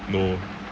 no